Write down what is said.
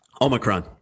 Omicron